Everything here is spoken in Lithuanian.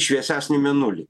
šviesesnį mėnulį